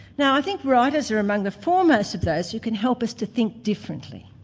now i think writers are among the foremost of those who can help us to think differently.